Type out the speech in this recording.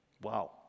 Wow